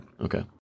Okay